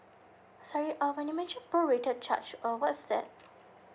sorry um when you mention prorated charge uh what's that